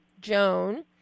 Joan